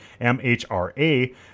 MHRA